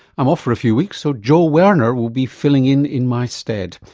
i'm off for a few weeks, so joel werner will be filling in in my stead,